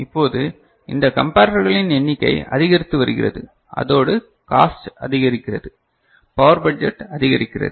இப்போது இந்த கம்பரட்டர்களின் எண்ணிக்கை அதிகரித்து வருகிறது அதோடு காஸ்டு அதிகரிக்கிறது பவர் பட்ஜெட்டு அதிகரிக்கிறது